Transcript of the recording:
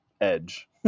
edge